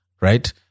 right